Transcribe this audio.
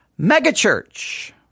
megachurch